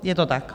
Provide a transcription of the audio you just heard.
Je to tak?